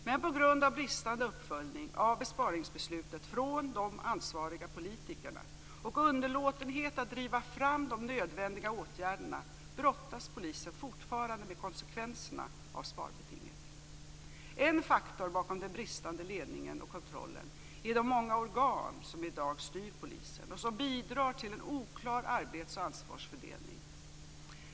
Men på grund av bristande uppföljning av besparingsbeslutet från de ansvariga politikerna och underlåtenhet att driva fram de nödvändiga åtgärderna brottas polisen fortfarande med konsekvenserna av sparbetinget. En faktor bakom den bristande ledningen och kontrollen är de många organ som i dag styr polisen och som bidrar till en oklar arbets och ansvarsfördelning.